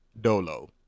dolo